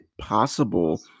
possible